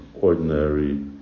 ordinary